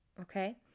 Okay